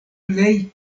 plej